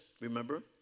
remember